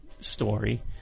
story